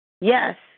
Yes